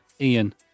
Ian